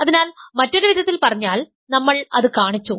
അതിനാൽ മറ്റൊരു വിധത്തിൽ പറഞ്ഞാൽ നമ്മൾ അത് കാണിച്ചു